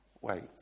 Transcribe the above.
wait